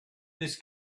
this